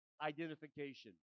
Identification